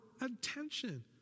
attention